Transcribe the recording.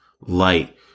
light